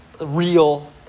real